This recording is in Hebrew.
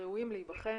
שראויים להבחן,